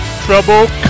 Trouble